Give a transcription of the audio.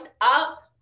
up